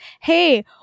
hey